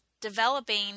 developing